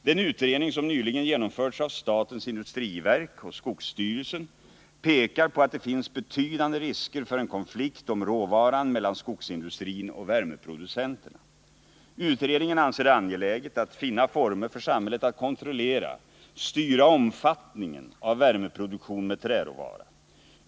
Den utredning som nyligen genomförts av statens industriverk och skogsstyrelsen pekar på att det finns betydande risker för en konflikt om råvaran mellan skogsindustrin och värmeproducenterna. Utredningen anser det angeläget att finna former för samhället att kontrollera och styra omfattningen av värmeproduktion med träråvara.